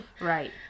right